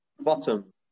bottom